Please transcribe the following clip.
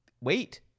wait